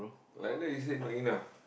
like that you say not enough